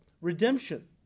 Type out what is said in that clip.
redemption